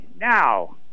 Now